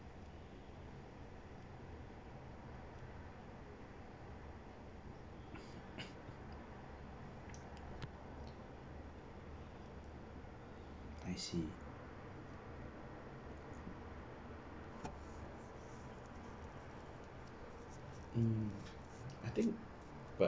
I see mm I think but